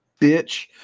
bitch